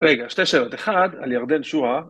רגע שתי שאלות, אחד על ירדן שועה